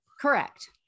correct